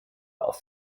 auf